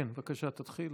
כן, בבקשה, תתחיל.